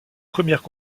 premières